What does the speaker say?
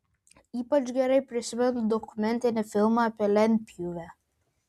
ypač gerai prisimenu dokumentinį filmą apie lentpjūvę